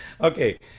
okay